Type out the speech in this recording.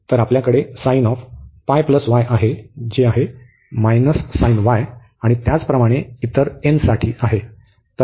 तर आपल्याकडे आहे जे आहे आणि त्याचप्रमाणे इतर n साठी आहे